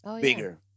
bigger